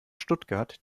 stuttgart